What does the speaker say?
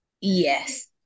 yes